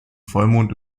vollmond